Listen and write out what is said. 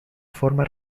forma